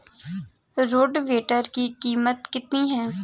Rotavator की कीमत कितनी है?